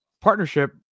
partnership